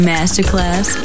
Masterclass